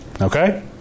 okay